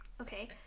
Okay